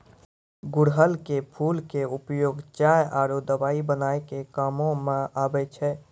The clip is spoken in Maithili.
गुड़हल के फूल के उपयोग चाय आरो दवाई बनाय के कामों म आबै छै